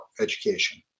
education